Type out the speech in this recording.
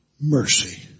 mercy